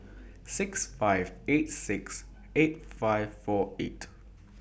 six five eight six eight five four eight